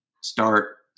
start